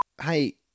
Hey